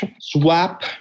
swap